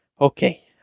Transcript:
Okay